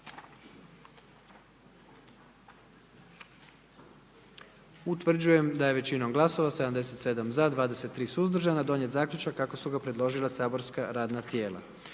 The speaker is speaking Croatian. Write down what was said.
Utvrđujem da je većinom glasova, 78 za, 13 suzdržanih i 10 protiv donijet zaključak kako su predložila saborska radna tijela.